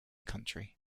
country